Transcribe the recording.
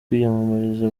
kwiyamamariza